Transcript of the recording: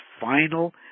final